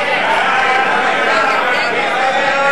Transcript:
מי נמנע?